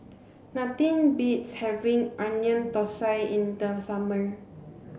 nothing beats having Onion Thosai in the summer